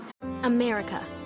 America